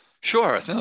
Sure